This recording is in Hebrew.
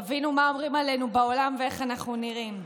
תבינו מה אומרים עלינו בעולם ואיך אנחנו נראים: